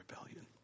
rebellion